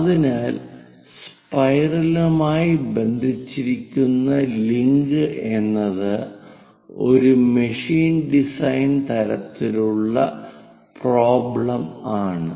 അതിനാൽ സ്പൈറലുമായി ബന്ധിപ്പിച്ചിരിക്കുന്ന ലിങ്ക് എന്നത് ഒരു മെഷീൻ ഡിസൈൻ തരത്തിലുള്ള പ്രോബ്ലം ആണ്